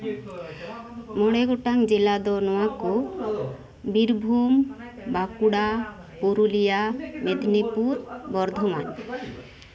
ᱢᱚᱬᱮ ᱜᱚᱴᱟᱝ ᱡᱮᱞᱟ ᱫᱚ ᱱᱚᱣᱟ ᱠᱚ ᱵᱤᱨᱵᱷᱩᱢ ᱵᱟᱸᱠᱩᱲᱟ ᱯᱩᱨᱩᱞᱤᱭᱟ ᱢᱮᱹᱫᱽᱱᱤᱯᱩᱨ ᱵᱚᱨᱫᱷᱚᱢᱟᱱ